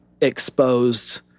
exposed